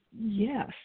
yes